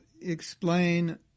explain